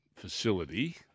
facility